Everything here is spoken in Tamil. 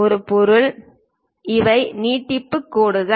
இது பொருள் இவை நீட்டிப்பு கோடுகள்